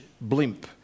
blimp